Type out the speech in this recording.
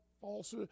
false